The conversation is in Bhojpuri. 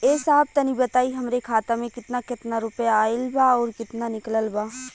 ए साहब तनि बताई हमरे खाता मे कितना केतना रुपया आईल बा अउर कितना निकलल बा?